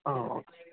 ഹ്ഹഓ